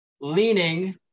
leaning